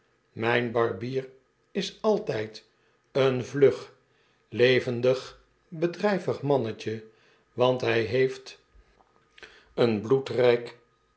myn barbier is'altyd een vlug levendig bedryvig mannetje want hyheeft een